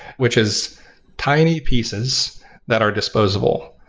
which is tiny pieces that are disposable.